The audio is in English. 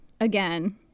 again